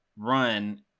run